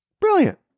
Brilliant